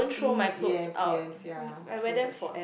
think yes yes ya true that's true